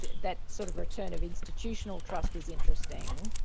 that sort of return of institutional trust is interesting.